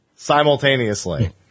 Simultaneously